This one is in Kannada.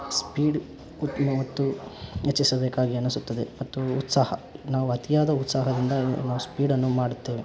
ಸ್ಪೀಡ್ ಮತ್ತು ಹೆಚ್ಚಿಸಬೇಕಾಗಿ ಅನಿಸುತ್ತದೆ ಮತ್ತು ಉತ್ಸಾಹ ನಾವು ಅತಿಯಾದ ಉತ್ಸಾಹದಿಂದ ಸ್ಪೀಡನ್ನು ಮಾಡುತ್ತೇವೆ